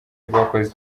rwakoze